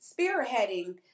spearheading